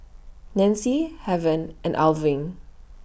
Nancy Heaven and Irving